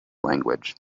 language